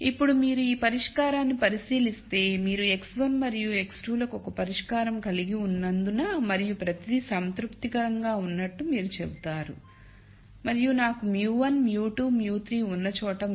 ఇప్పుడు మీరు ఈ పరిష్కారాన్ని పరిశీలిస్తే మీరు x1 మరియు x2 లకు ఒక పరిష్కారం కలిగి ఉన్నందున మరియు ప్రతిదీ సంతృప్తికరంగా ఉన్నట్లు మీరు చెబుతారు మరియు నాకు μ1 μ2 μ3 ఉన్న చోట μ1 4